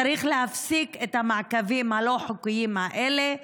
צריך להפסיק את המעקבים הלא-חוקיים האלה,